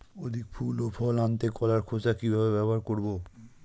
অধিক ফুল ও ফল আনতে কলার খোসা কিভাবে ব্যবহার করব?